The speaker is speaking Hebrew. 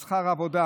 על שכר העבודה,